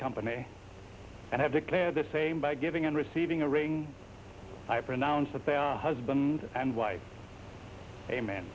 company and have declared the same by giving and receiving a ring i pronounce that they are husband and wife a